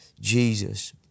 Jesus